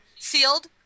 sealed